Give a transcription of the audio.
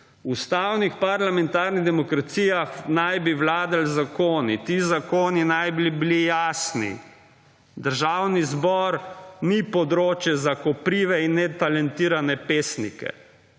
V ustavnih parlamentarnih demokracijah naj bi vladali zakoni. Ti zakoni naj bi bili jasni. Državni zbor ni področje za koprive in netalentirane pesnike,